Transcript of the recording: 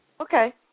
Okay